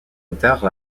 auteurs